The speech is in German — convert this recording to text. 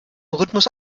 rhythmus